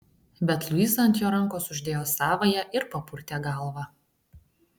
bet luiza ant jo rankos uždėjo savąją ir papurtė galvą